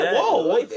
Whoa